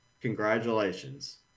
congratulations